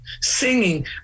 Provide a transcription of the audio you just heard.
singing